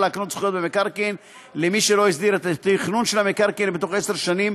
להקנות זכויות במקרקעין למי שלא הסדיר את התכנון של המקרקעין בתוך עשר שנים